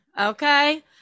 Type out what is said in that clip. okay